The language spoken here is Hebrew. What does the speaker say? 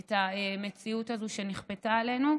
את המציאות הזאת שנכפתה עלינו,